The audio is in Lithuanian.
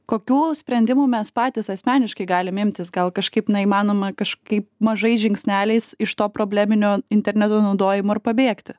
kokių sprendimų mes patys asmeniškai galime imtis gal kažkaip na įmanoma kažkaip mažais žingsneliais iš to probleminio interneto naudojimo ir pabėgti